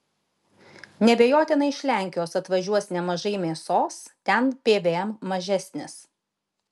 neabejotinai iš lenkijos atvažiuos nemažai mėsos ten pvm mažesnis